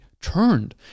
turned